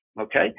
Okay